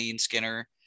skinner